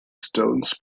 stones